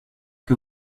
que